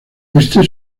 este